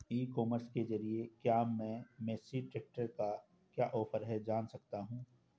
ई commerce के ज़रिए क्या मैं मेसी ट्रैक्टर का क्या ऑफर है जान सकता हूँ?